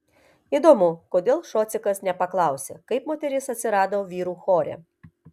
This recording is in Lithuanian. įdomu kodėl šocikas nepaklausė kaip moteris atsirado vyrų chore